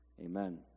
Amen